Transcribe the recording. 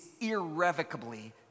irrevocably